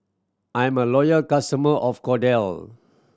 I'm a loyal customer of Kordel